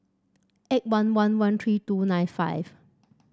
eight one one one three two nine five